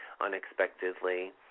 unexpectedly